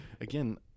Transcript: again